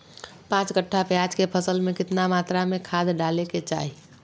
पांच कट्ठा प्याज के फसल में कितना मात्रा में खाद डाले के चाही?